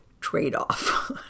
trade-off